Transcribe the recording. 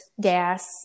gas